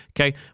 Okay